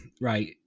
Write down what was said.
right